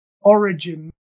Origin